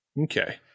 okay